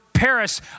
Paris